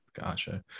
Gotcha